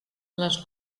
les